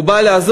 הוא בא לעזור,